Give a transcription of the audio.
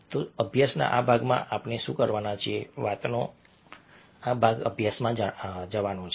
તો અભ્યાસના આ ભાગમાં આપણે શું કરવાના છીએ વાતનો આ ભાગ અભ્યાસમાં જવાનો છે